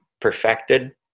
perfected